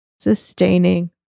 sustaining